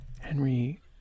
Henry